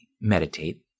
meditate